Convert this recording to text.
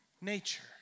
nature